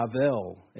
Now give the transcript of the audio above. Havel